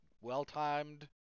well-timed